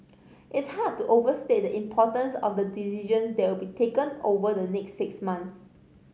it's hard to overstate the importance of the decisions that will be taken over the next six months